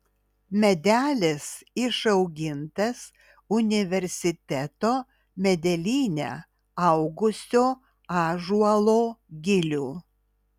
medelis išaugintas universiteto medelyne augusio ąžuolo gilių